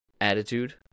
attitude